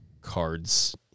cards